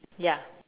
ya